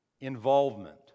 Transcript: involvement